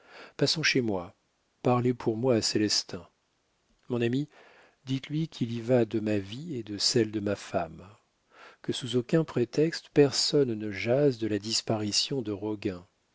passons chez moi parlez pour moi à célestin mon ami dites-lui qu'il y va de ma vie et de celle de ma femme que sous aucun prétexte personne ne jase de la disparition de roguin